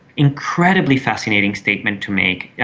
incredibly fascinating statement to make. yeah